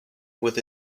with